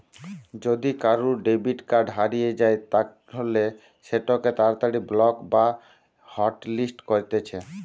যদি কারুর debit card হারিয়ে যায় তালে সেটোকে তাড়াতাড়ি ব্লক বা হটলিস্ট করতিছে